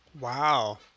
Wow